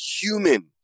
Human